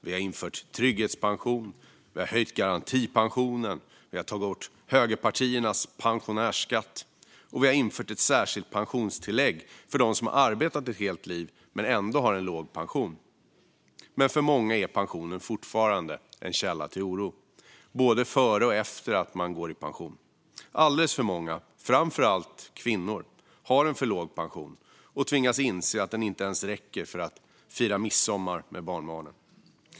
Vi har infört trygghetspension, höjt garantipensionen, tagit bort högerpartiernas pensionärsskatt och infört ett särskilt pensionstillägg för dem som har arbetat ett helt liv men ändå har en låg pension. Men för många är pensionen fortfarande en källa till oro, både innan och efter att man går i pension. Alldeles för många, framför allt kvinnor, har en för låg pension och tvingas inse att den inte ens räcker för att fira midsommar med barnbarnen.